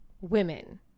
women